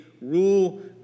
rule